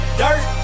dirt